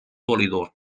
polydor